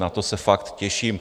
Na to se fakt těším.